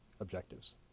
objectives